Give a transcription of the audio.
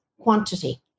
quantity